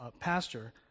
pastor